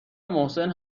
محسن